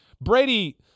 Brady